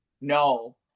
no